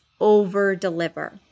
over-deliver